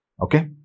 okay